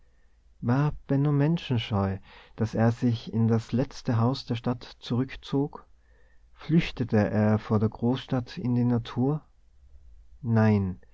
benno menschenscheu daß er sich in das letzte haus der stadt zurückzog flüchtete er vor der großstadt in die natur nein